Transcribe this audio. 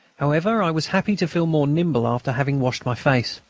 however, i was happy to feel more nimble after having washed my face.